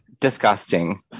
Disgusting